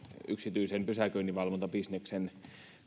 yksityisen pysäköinninvalvontabisneksen